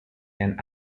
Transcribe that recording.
and